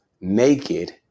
naked